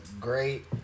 great